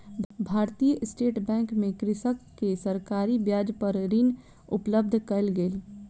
भारतीय state bank मे कृषक के सरकारी ब्याज पर ऋण उपलब्ध कयल गेल